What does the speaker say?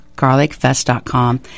garlicfest.com